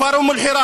הכפר אום אל-חיראן.